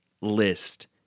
list